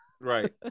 right